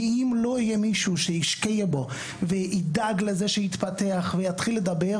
כי אם לא יהיה מישהו שישקיע בו וידאג לזה שיתפתח ויתחיל לדבר